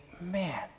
man